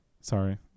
Sorry